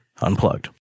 unplugged